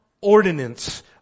ordinance